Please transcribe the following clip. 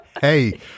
Hey